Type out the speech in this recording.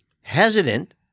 hesitant